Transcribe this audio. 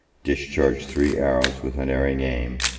discharged three arrows with unerring aim,